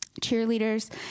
Cheerleaders